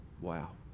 Wow